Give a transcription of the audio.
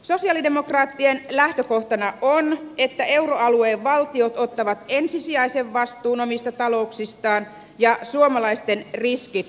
sosialidemokraattien lähtökohtana on että euroalueen valtiot ottavat ensisijaisen vastuun omista talouksistaan ja suomalaisten riskit rajataan